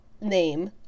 name